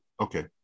Okay